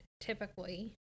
typically